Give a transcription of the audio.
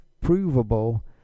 provable